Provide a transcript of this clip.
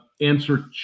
answer